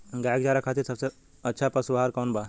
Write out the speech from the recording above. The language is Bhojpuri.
गाय के चारा खातिर सबसे अच्छा पशु आहार कौन बा?